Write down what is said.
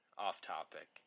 Off-topic